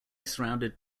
surrounded